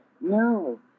No